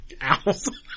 Owls